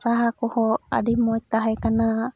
ᱨᱟᱦᱟ ᱠᱚᱦᱚᱸ ᱟᱹᱰᱤ ᱢᱚᱡᱽ ᱛᱟᱦᱮᱸ ᱠᱟᱱᱟ